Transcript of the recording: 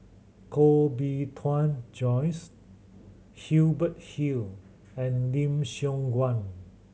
Koh Bee Tuan Joyce Hubert Hill and Lim Siong Guan